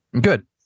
Good